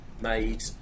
made